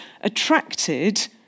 attracted